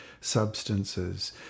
substances